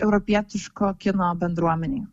europietiško kino bendruomenei